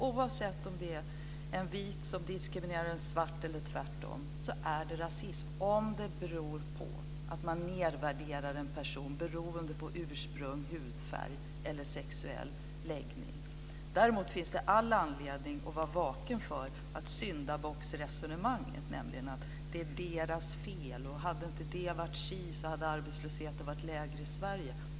Oavsett om det är en vit som diskriminerar en svart eller tvärtom så är det rasism om det beror på att man nedvärderar en person beroende på ursprung, hudfärg eller sexuell läggning. Däremot finns det all anledning att vara vaken för syndabocksresonemanget, dvs. att det är deras fel och hade inte det varit si hade arbetslösheten varit lägre i Sverige.